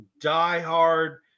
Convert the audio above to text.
diehard